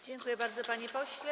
Dziękuję bardzo, panie pośle.